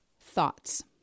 thoughts